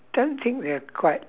don't think they're quite